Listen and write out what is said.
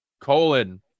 colon